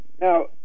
Now